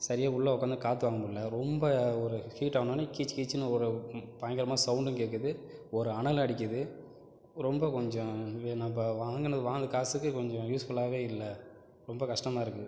சரியாக உள்ளே உட்காந்து காற்று வாங்க முடியல ரொம்ப ஒரு ஹீட் ஆனவொடன்னே கீச் கீச்சின்னு ஒரு பயங்கரமாக சவுண்டும் கேட்குது ஒரு அனலும் அடிக்கிது ரொம்ப கொஞ்சம் இங்க நம்ம வாங்கினது வாங்கின காசுக்கு கொஞ்சம் யூஸ்ஃபுல்லாகவே இல்லை ரொம்ப கஷ்டமாக இருக்கு